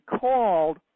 called